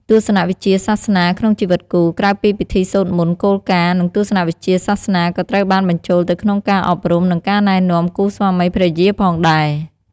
ទស្សនវិជ្ជាសាសនាក្នុងជីវិតគូ ក្រៅពីពិធីសូត្រមន្ត គោលការណ៍ និងទស្សនវិជ្ជាសាសនាក៏ត្រូវបានបញ្ចូលទៅក្នុងការអប់រំ និងការណែនាំគូស្វាមីភរិយាផងដែរ៖